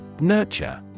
Nurture